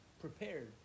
prepared